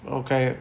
okay